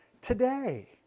today